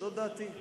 זו דעתי.